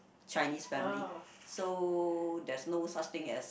Chinese family so there's no such thing as